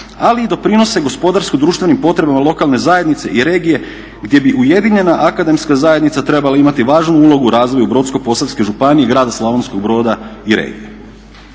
ali i doprinose gospodarsko-društvenim potrebama lokalne zajednice i regije gdje bi ujedinjena akademska zajednica trebala imati važnu ulogu u razvoju Brodsko-posavske županije i grada Slavonskog Broda i regije.